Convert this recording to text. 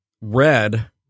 red